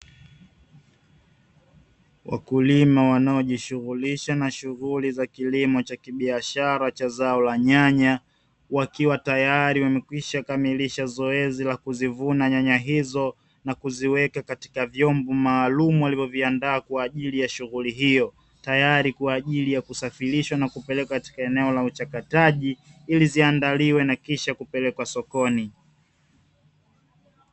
Wakulima wanaojishughulisha na shughuli za kilimo cha biashara cha zao la nyanya, wakiwa tayari wamekwisha kukamilisha zoezi la kuzivuna nyanya hizo, na kuziweka katika vyombo maalumu walivyoviandaa katika shughuli hiyo, tayari kwa ajili ya kusafirisha na kupeleka sehemu za uchakataji, ili ziandaliwe na kisha kupelekwa sokoni.